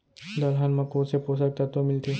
दलहन म कोन से पोसक तत्व मिलथे?